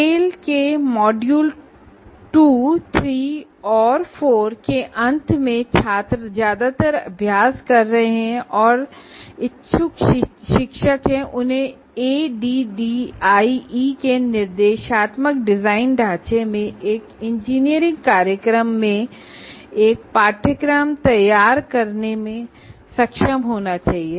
tell के module 2 3 और 4 के अंत में छात्र या इच्छुक शिक्षक को एडीडीआईई के इंस्ट्रक्शनल डिजाइन के अनुसार इंजीनियरिंग प्रोग्राम में कोर्स तैयार करने में सक्षम होना चाहिए